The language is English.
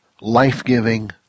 life-giving